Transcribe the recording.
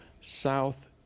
South